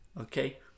okay